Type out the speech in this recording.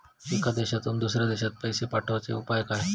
एका देशातून दुसऱ्या देशात पैसे पाठवचे उपाय काय?